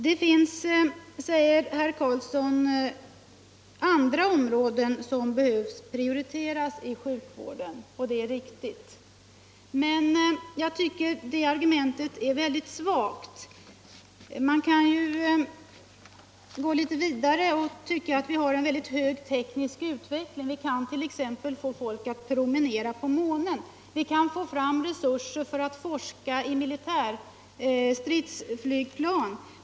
Det finns, säger herr Karlsson, andra områden som behöver prioriteras inom sjukvården: Det är riktigt, men jag tycker att det argumentet är väldigt svagt i det här sammanhanget. Man kan vidga perspektivet och se på andra resultat av den höga tekniska utveckling vi har. Vi kan t.ex. låta människor promenera på månen och vi kan få fram resurser för forskning när det gäller stridsflygplan.